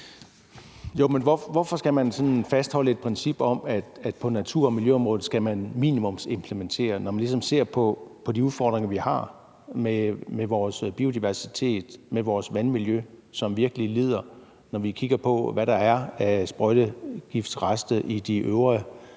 Hvorfor skal man fastholde et princip om, at man på natur- og miljøområdet skal minimumsimplementere, når man ser de udfordringer, vi har med vores biodiversitet og med vores vandmiljø, som virkelig lider, og når man kigger på, hvad der er af sprøjtegiftrester i de øvre